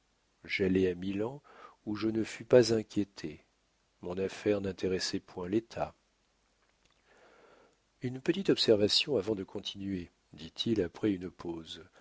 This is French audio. j'allai à milan où je ne fus pas inquiété mon affaire n'intéressait point l'état une petite observation avant de continuer dit-il après une pause